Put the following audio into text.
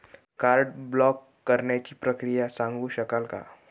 Card block करण्याची प्रक्रिया सांगू शकाल काय?